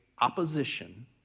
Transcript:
opposition